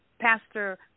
Pastor